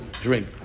drink